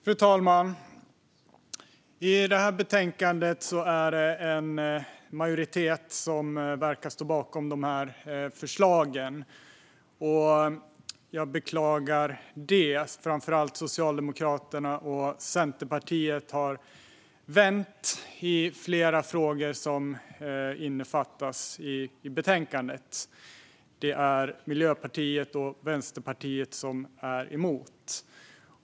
Fru talman! Det verkar vara en majoritet som står bakom förslagen i det här betänkandet, och jag beklagar det. Framför allt Socialdemokraterna och Centerpartiet har vänt i flera frågor som innefattas i betänkandet. Det är Miljöpartiet och Vänsterpartiet som är emot.